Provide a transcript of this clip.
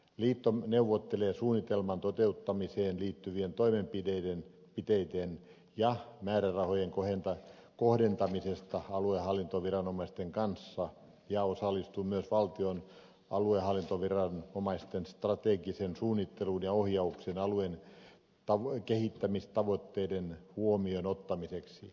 liitto neuvottelee suunnitelman toteuttamiseen liittyvien toimenpiteiden ja määrärahojen kohdentamisesta aluehallintoviranomaisten kanssa ja osallistuu myös valtion aluehallintoviranomaisten strategiseen suunnitteluun ja ohjaukseen alueen kehittämistavoitteiden huomioon ottamiseksi